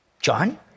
John